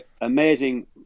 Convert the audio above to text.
amazing